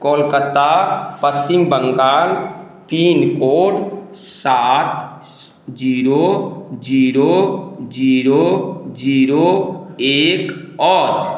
Kolkata Paschim Bangal pin code सात zero zero zero zero एक अछि